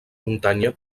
muntanya